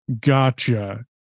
gotcha